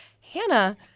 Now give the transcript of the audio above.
Hannah